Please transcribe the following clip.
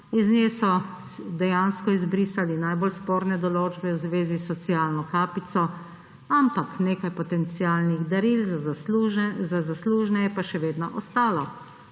Iz nje so dejansko izbrisali najbolj sporne določbe v zvezi s socialno kapico, ampak nekaj potencialnih daril za zaslužne je pa še vedno ostalo